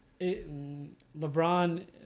LeBron